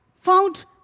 found